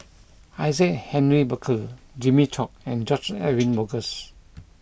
Isaac Henry Burkill Jimmy Chok and George Edwin Bogaars